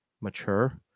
mature